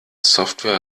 software